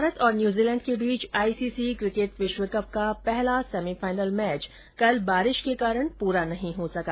भारत और न्यूजीलेण्ड के बीच आईसीसी किकेट विश्वकप का पहला सेमीफाइनल मैच कल बारिश के कारण पूरा नहीं हो सका